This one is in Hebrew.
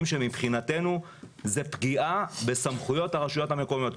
שמבחינתנו זו פגיעה בסמכויות הרשויות המקומיות,